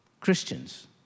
Christians